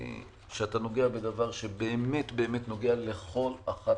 שאתה נוגע בדבר שבאמת באמת נוגע לכל אחד ואחד.